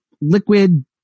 liquid